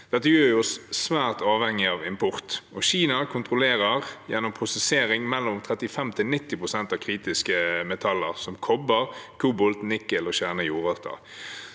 Dette gjør oss svært avhengig av import, og Kina kontrollerer gjennom prosessering mellom 35 pst. og 90 pst. av kritiske metaller som kobber, kobolt, nikkel og sjeldne jordarter.